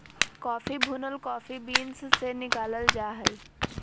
coffee भुनल coffee beans से निकालल जा हइ